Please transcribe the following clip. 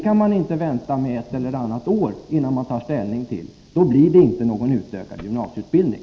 Man kan inte vänta ett eller annat år innan man tar ställning — då blir det inte någon utökad gymnasieutbildning.